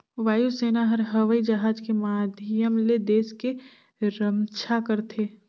वायु सेना हर हवई जहाज के माधियम ले देस के रम्छा करथे